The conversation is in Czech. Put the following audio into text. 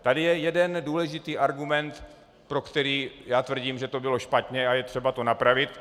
Tady je jeden důležitý argument, pro který já tvrdím, že to bylo špatně a je třeba to napravit.